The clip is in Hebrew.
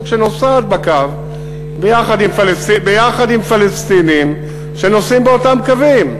שנוסעת ביחד עם פלסטינים שנוסעים באותם קווים.